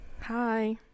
hi